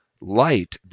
light